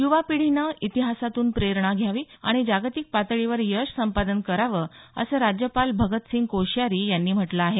युवा पिढीने इतिहासातून प्रेरणा घ्यावी आणि जागतिक पातळीवर यश संपादन करावं असं राज्यपाल भगतसिंह कोश्यारी यांनी म्हटलं आहे